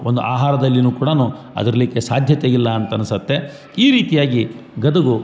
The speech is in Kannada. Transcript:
ಒಂದು ಆಹಾರದಲ್ಲಿ ಕೂಡ ಅದಿರ್ಲಿಕ್ಕೆ ಸಾಧ್ಯತೆ ಇಲ್ಲ ಅಂತ ಅನಸತ್ತೆ ಈ ರೀತಿಯಾಗಿ ಗದಗು